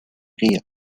guía